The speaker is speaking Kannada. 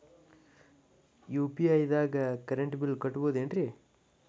ಯು.ಪಿ.ಐ ದಾಗ ಕರೆಂಟ್ ಬಿಲ್ ಕಟ್ಟಬಹುದೇನ್ರಿ?